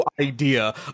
idea